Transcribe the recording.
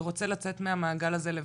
ורוצה לצאת מהמעגל הזה לבד.